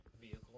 vehicle